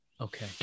Okay